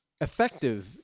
effective